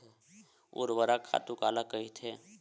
ऊर्वरक खातु काला कहिथे?